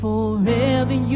Forever